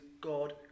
God